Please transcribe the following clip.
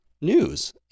news